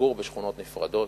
לגור בשכונות נפרדות,